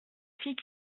fille